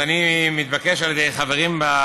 אז אני מתבקש על ידי חברים במליאה,